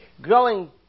growing